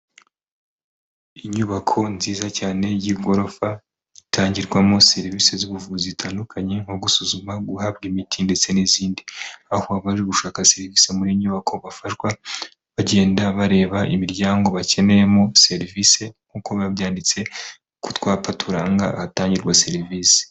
Inyubako nziza cyane y'igorofa itangirwamo serivisi z'ubuvuzi zitandukanye nko gusuzuma guhabwa imiti ndetse n'izindi aho abaje gushaka serivisi muri iyi nyubako bafashwa bagenda bareba imiryango bakeneyemo serivisi nkuko biba byanditse ku twapa turanga ahatangirwa serivisi.